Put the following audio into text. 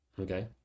Okay